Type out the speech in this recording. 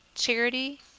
charity,